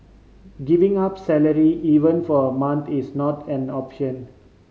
giving up salary even for a month is not an option